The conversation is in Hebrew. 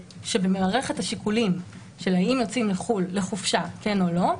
שבמערכת השיקולים של האם יוצאים לחו"ל לחופשה כן או לא,